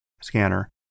scanner